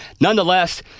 Nonetheless